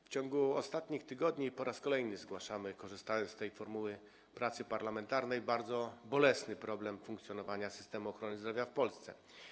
W ciągu ostatnich tygodni po raz kolejny zgłaszamy, korzystając z formuły pracy parlamentarnej, bardzo bolesny problem dotyczący funkcjonowania systemu ochrony zdrowia w Polsce.